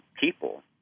people